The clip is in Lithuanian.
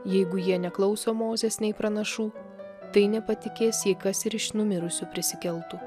jeigu jie neklauso mozės nei pranašų tai nepatikės jei kas ir iš numirusių prisikeltų